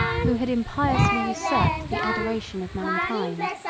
who had impiously usurped the adoration of mankind.